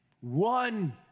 One